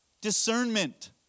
Discernment